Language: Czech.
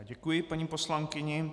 Děkuji paní poslankyni.